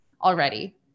already